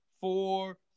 four